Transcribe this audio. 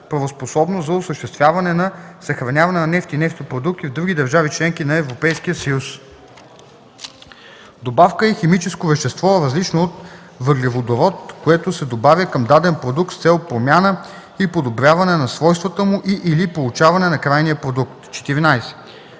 правоспособност за осъществяване на съхраняване на нефт и нефтопродукти в други държави - членки на Европейския съюз. 13. „Добавка” е химическо вещество, различно от въглеводород, което се добавя към даден продукт с цел промяна и подобряване на свойствата му и/или получаване на крайния продукт. 14.